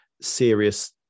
serious